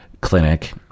clinic